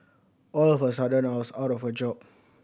all of a sudden I was out of a job